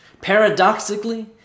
Paradoxically